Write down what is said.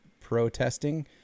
protesting